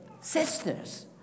sisters